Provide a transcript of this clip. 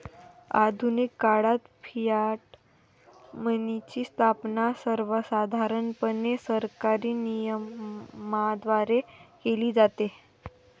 आधुनिक काळात फियाट मनीची स्थापना सर्वसाधारणपणे सरकारी नियमनाद्वारे केली जाते